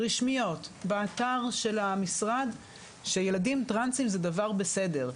רשמיות באתר של המשרד שילדים טרנסים הוא דבר בסדר.